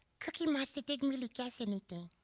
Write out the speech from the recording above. cookie monster didn't really guess anything.